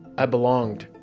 i belonged.